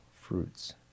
fruits